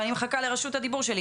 ואני מחכה לרשות הדיבור שלי.